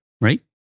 Right